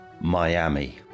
Miami